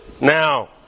now